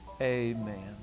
amen